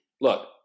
look